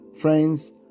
friends